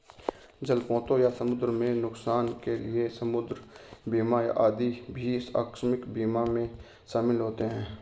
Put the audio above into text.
जलपोतों या समुद्र में नुकसान के लिए समुद्र बीमा आदि भी आकस्मिक बीमा में शामिल होते हैं